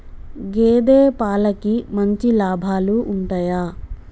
గేదే పాలకి మంచి లాభాలు ఉంటయా?